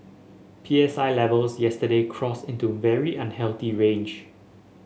P S I levels yesterday crossed into very unhealthy range